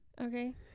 Okay